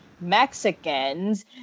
Mexicans